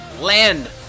Land